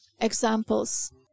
examples